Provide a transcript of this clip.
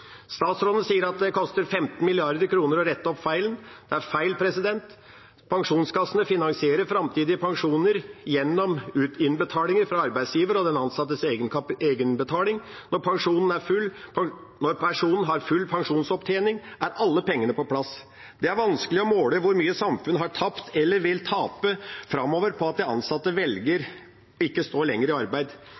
Statsråden sier at det koster 15 mrd. kr å rette opp feilen. Det er feil. Pensjonskassene finansierer framtidige pensjoner gjennom innbetalinger fra arbeidsgiver og den ansattes egenbetaling. Når personen har full pensjonsopptjening, er alle pengene på plass. Det er vanskelig å måle hvor mye samfunnet har tapt eller vil tape framover på at de ansatte velger ikke å stå lenger i arbeid.